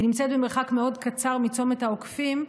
היא נמצאת במרחק מאוד קצר מצומת העוקפים,